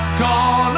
gone